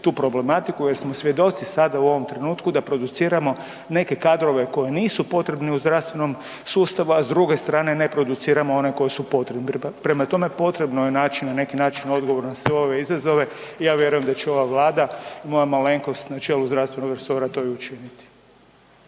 tu problematiku jer smo svjedoci sada u ovom trenutku da produciramo neke kadrove koji nisu potrebni u zdravstvenom sustavu, a s druge strane ne produciramo one koji su potrebni. Prema tome, potrebno je naći na neki način odgovor na sve ove izazove i ja vjerujem da će ova Vlada i moja malenkost na čelu zdravstvenog resora to i učiniti.